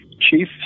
chief